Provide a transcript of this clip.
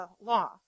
law